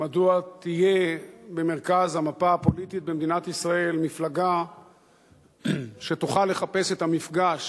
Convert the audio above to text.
מדוע תהיה במרכז המפה הפוליטית במדינת ישראל מפלגה שתוכל לחפש את המפגש